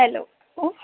hello कोण